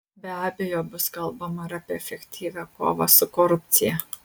be abejo bus kalbama ir apie efektyvią kovą su korupcija